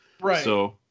Right